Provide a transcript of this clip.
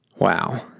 wow